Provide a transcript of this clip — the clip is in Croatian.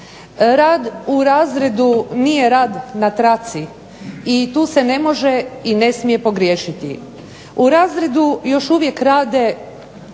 Rad u razredu nije rad na traci i tu se ne može i ne smije pogriješiti. U razredu još uvijek rade